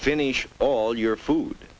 finish all your food